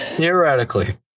Theoretically